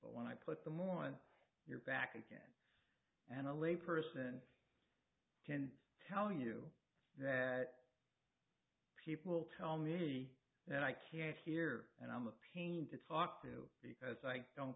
l when i put them on your back again and a lay person can tell you that people tell me that i can't hear and i'm a pain to talk to because i don't